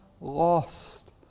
lost